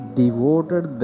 devoted